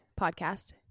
podcast